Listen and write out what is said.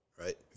right